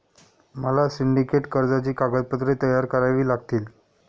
मला सिंडिकेट कर्जाची कागदपत्रे तयार करावी लागतील